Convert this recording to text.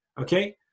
okay